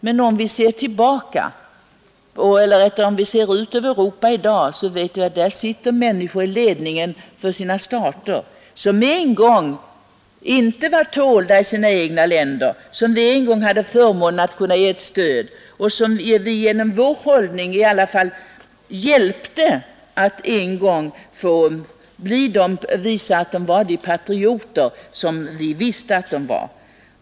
Ser vi ut över Europa i dag finner vi emellertid att där sitter människor i ledningen för olika stater som en gång inte var tålda i sina egna länder men som vi hade förmånen att kunna ge ett stöd och som vi genom vår hållning i alla fall hjälpte att få visa att de var de patrioter som vi visste att de var.